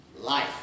Life